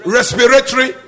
Respiratory